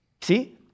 See